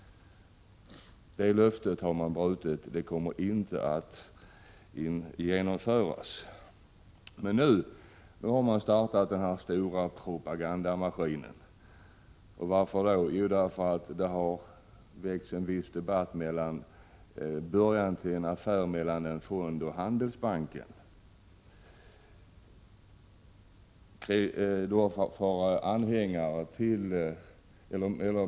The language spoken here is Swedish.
Det löftet har man brutit. Vad man har lovat kommer inte att genomföras. Men nu har man startat en stor propagandamaskin, och varför har man gjort det? Jo, därför att det har väckts en viss debatt beträffande en affär mellan en fond och Svenska Handelsbanken.